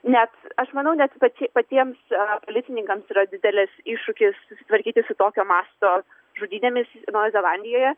net aš manau net pati patiems policininkams yra didelis iššūkis susitvarkyti su tokio masto žudynėmis naujoje zelandijoje